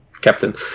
Captain